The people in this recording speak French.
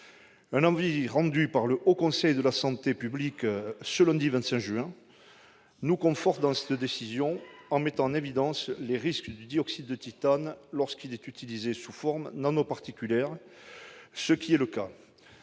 Un avis rendu par le Haut Conseil de la santé publique ce lundi 25 juin nous conforte dans cette décision, en mettant en évidence les risques du dioxyde de titane lorsqu'il est utilisé sous forme nanoparticulaire, ce qui est le cas.